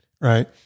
right